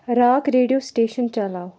rock radio station چلاو